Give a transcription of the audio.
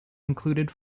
included